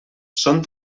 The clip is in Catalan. són